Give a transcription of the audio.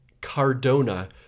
Cardona